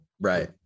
Right